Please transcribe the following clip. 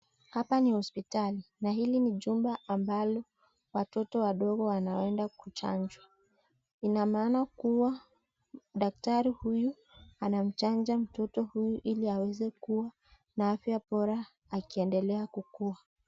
Hapa ni hospitali na hili ni jumba ambalo watoto wadogo wanaenda kuchanjwa . Ina maana kuwa daktari huyu anamchanja mtoto huyu ili aweze kuwa na afya bora akiendelea kukua .